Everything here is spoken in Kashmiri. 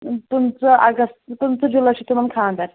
پٕنٛژٕ اگست پٕنٛژٕ جُلَے چھُ تِمن خاندر